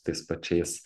tais pačiais